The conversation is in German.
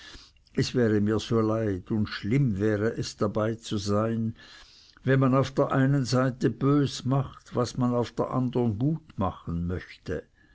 es wäre mir so leid und schlimm wäre zu sein dabei wenn man auf der einen seite bös macht was man auf der andern gut machen möchte